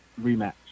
rematch